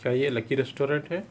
کیا یہ lucky restaurant ہے